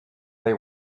they